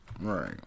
Right